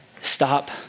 stop